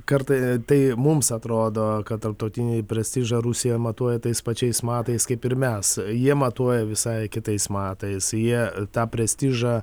kartai tai mums atrodo kad tarptautinį prestižą rusija matuoja tais pačiais matais kaip ir mes jie matuoja visai kitais matais jie tą prestižą